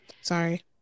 sorry